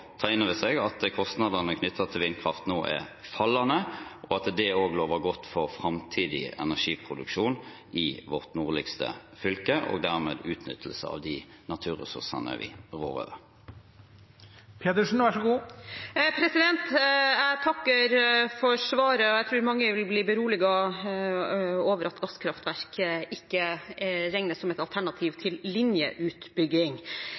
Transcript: ta inn over seg at kostnadene knyttet til vindkraft nå er fallende, og at det også lover godt for framtidig energiproduksjon i vårt nordligste fylke og dermed utnyttelse av de naturressursene vi rår over. Jeg takker for svaret, og jeg tror mange vil bli beroliget over at gasskraftverk ikke regnes som et alternativ